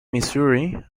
missouri